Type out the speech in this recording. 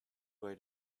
way